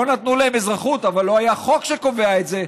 לא נתנו להם אזרחות, אבל לא היה חוק שקובע את זה.